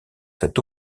cette